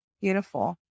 beautiful